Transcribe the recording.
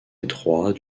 étroit